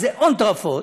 שזה הון תועפות,